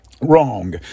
wrong